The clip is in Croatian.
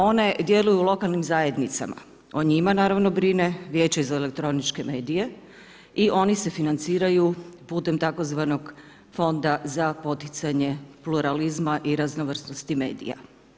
One djeluju u lokalnim zajednicama, o njima naravno brine Vijeće za elektroničke medije i oni se financiraju putem tzv. fonda za poticanje pluralizma i raznovrsnosti medija.